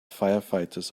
firefighters